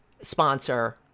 sponsor